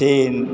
ચીન